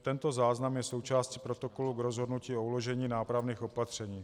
Tento záznam je součástí protokolu k rozhodnutí o uložení nápravných opatření.